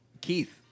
Keith